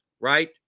right